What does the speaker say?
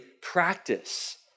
practice